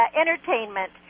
entertainment